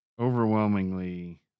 overwhelmingly